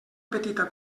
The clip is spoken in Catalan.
petita